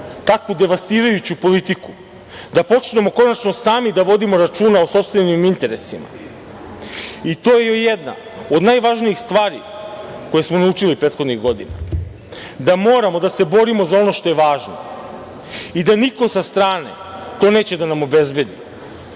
takvu devastirajuću politiku, a počnemo konačno sami da vodimo računa o sopstvenim interesima i to je jedna od najvažnijih stvari koje smo naučili prethodnih godina, da moramo da se borimo za ono što je važno i da niko sa strane to neće da nam obezbedi,